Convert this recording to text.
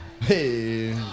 hey